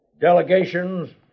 delegations